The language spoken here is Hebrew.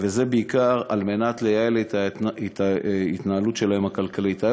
וזה בעיקר על מנת לייעל את ההתנהלות הכלכלית שלהן.